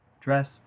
dress